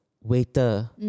waiter